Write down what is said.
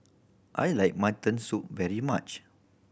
I like mutton soup very much